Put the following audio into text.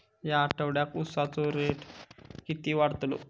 या आठवड्याक उसाचो रेट किती वाढतलो?